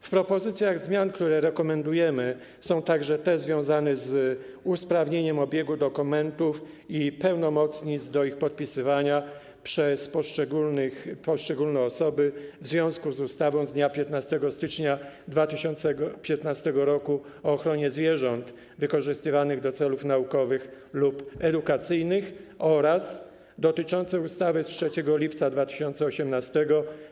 W propozycjach zmian, które rekomendujemy, są także te związane z usprawnieniem obiegu dokumentów i pełnomocnictw do ich podpisywania przez poszczególne osoby w związku z ustawą z dnia 15 stycznia 2015 r. o ochronie zwierząt wykorzystywanych do celów naukowych lub edukacyjnych oraz dotyczące ustawy z dnia 3 lipca 2018 r.